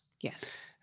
Yes